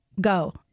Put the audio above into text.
go